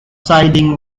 sidings